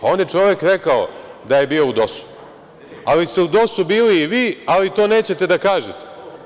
On je čovek rekao da je bio DOS-u, ali ste u DOS-u bili i vi ali to nećete da kažete.